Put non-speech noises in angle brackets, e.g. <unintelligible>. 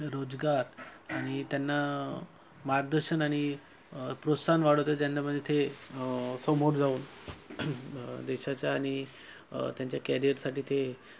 रोजगार आणि त्यांना मार्गदर्शन आणि प्रोत्साहन वाढवते ज्यांना <unintelligible> ते समोर जाऊन देशाच्या आणि त्यांच्या कॅरियरसाठी ते